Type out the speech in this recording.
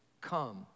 come